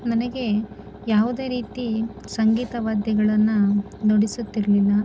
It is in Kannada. ನನಗೆ ಯಾವುದೇ ರೀತಿ ಸಂಗೀತ ವಾದ್ಯಗಳನ್ನು ನುಡಿಸುತ್ತಿರಲಿಲ್ಲ